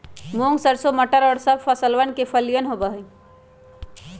मूंग, सरसों, मटर और सब फसलवन के फलियन होबा हई